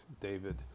David